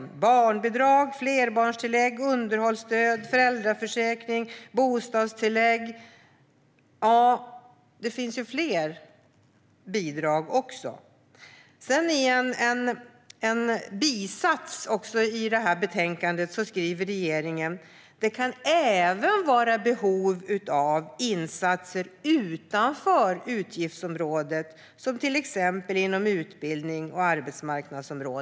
Det handlar om barnbidrag, flerbarnstillägg, underhållsstöd, föräldraförsäkring, bostadstillägg och ytterligare bidrag. I en mening i betänkandet skriver majoriteten: "De kan även vara i behov av insatser utanför utgiftsområdet, t.ex. inom utbildnings och arbetsmarknadspolitiken."